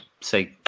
say